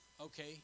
Okay